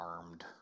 armed